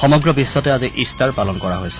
সমগ্ৰ বিশ্বতে আজি ইষ্টাৰ পালন কৰা হৈছে